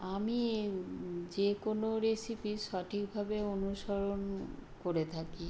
আমি যে কোনো রেসিপি সঠিকভাবে অনুসরণ করে থাকি